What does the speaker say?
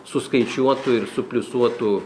suskaičiuotų ir supliusuotų